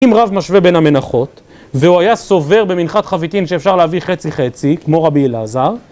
אם רב משווה בין המנחות והוא היה סובר במנחת חביתין שאפשר להביא חצי חצי כמו רבי אלעזר